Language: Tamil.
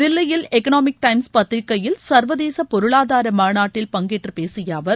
தில்லியில் எக்னாமிக் டைம்ஸ் பத்திரிகையில் சர்வதேச பொருளாதார மாநாட்டில் பங்கேற்று பேசிய அவர்